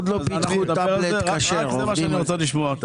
רק זה מה שאני רוצה לשמוע,